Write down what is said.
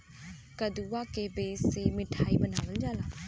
कदुआ के बीज से मिठाई बनावल जाला